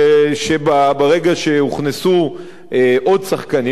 שברגע שהוכנסו עוד שחקנים,